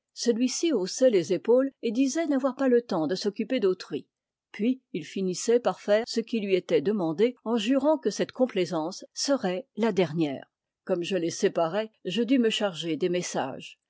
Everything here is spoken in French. celui-ci haussait les épaules et disait n'avoir pas le temps de s'occuper d'autrui puis il finissait par faire ce qui lui était demandé en jurant que cette complaisance serait la dernière comme je les séparais je dus me charger des messages